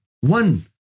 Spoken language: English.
One